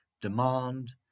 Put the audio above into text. demand